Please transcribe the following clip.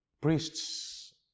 priests